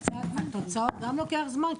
התוצאות גם לוקח זמן?